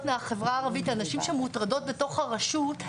מהחברה הערבית על נשים שמוטרדות בתוך הרשות,